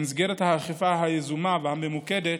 במסגרת האכיפה היזומה והממוקדת,